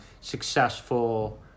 successful